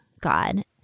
God